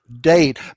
date